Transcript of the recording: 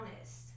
honest